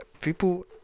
people